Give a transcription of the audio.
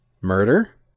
Murder